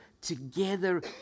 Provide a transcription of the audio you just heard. together